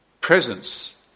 presence